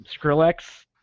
Skrillex